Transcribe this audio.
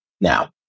Now